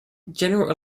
general